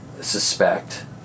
suspect